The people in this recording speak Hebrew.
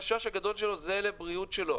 החשש הגדול שלו זה הבריאות שלו.